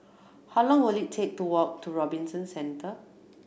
how long will it take to walk to Robinson Centre